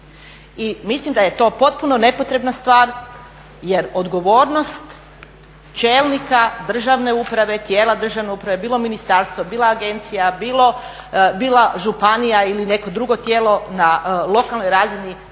I mislim da je to potpuno nepotrebna stvar jer odgovornost čelnika državne uprave, tijela državne uprave, bilo ministarstva, bilo agencija, bilo županija ili neko drugo tijelo na lokalnoj razini,